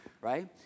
right